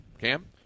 Cam